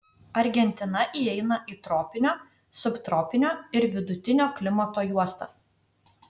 argentina įeina į tropinio subtropinio ir vidutinio klimato juostas